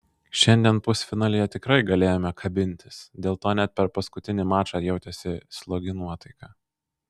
šiandien pusfinalyje tikrai galėjome kabintis dėl to net per paskutinį mačą jautėsi slogi nuotaika